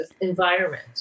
environment